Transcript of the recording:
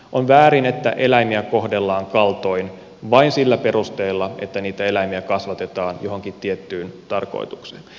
on väärin että eläimiä kohdellaan kaltoin vain sillä perusteella että niitä eläimiä kasvatetaan johonkin tiettyyn tarkoitukseen